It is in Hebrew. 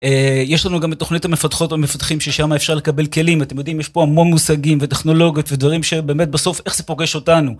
יש לנו גם את תוכנית המפתחות המפתחים ששם אפשר לקבל כלים אתם יודעים יש פה המון מושגים וטכנולוגיות ודברים שבאמת בסוף איך זה פוגש אותנו.